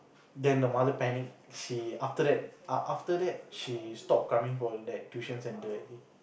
then the mother panic she after that after that she stopped coming for that tuition center already